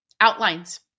outlines